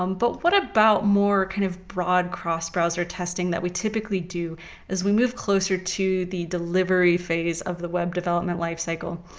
um but what about more kind of broad cross-browser testing that we typically do as we move closer to the delivery phase of the web development life cycle?